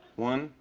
one,